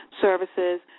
services